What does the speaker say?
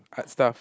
art stuff